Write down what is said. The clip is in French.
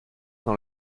dans